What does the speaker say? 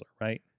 right